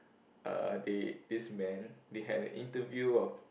uh they this man they had an interview of